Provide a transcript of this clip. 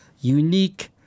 Unique